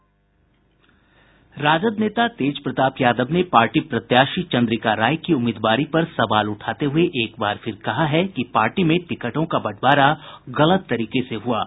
राजद नेता तेज प्रताप यादव ने पार्टी प्रत्याशी चन्द्रिका राय की उम्मीदवारी पर सवाल उठाते हुए एक बार फिर कहा है कि पार्टी में टिकटों का बंटवारा गलत तरीके से हुआ है